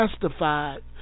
testified